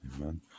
Amen